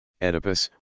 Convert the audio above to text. Oedipus